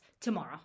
tomorrow